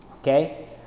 okay